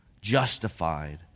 Justified